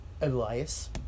Elias